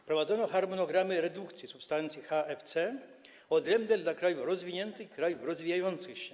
Wprowadzono harmonogramy redukcji substancji HFC odrębne dla krajów rozwiniętych i krajów rozwijających się.